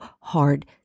hard